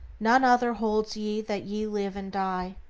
none other holds ye that ye live and die.